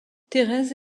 thérèse